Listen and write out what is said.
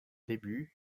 débuts